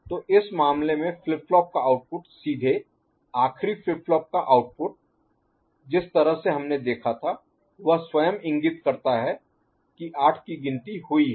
तो इस मामले में फ्लिप फ्लॉप का आउटपुट सीधे आखरी फ्लिप फ्लॉप का आउटपुट जिस तरह से हमने देखा था वह स्वयं इंगित करता है कि आठ की गिनती हुई है